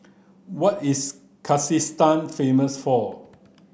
what is Kyrgyzstan famous for